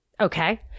Okay